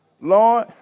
Lord